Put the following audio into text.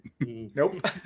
Nope